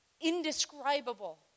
indescribable